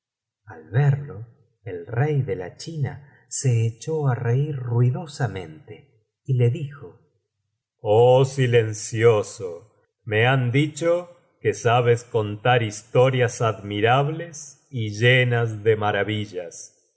al verlo el rey de la china se echó á reir ruidosamente y le dijo olí silencioso me han dicho que sabes contar historias admirables y llenas de maravillas